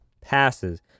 passes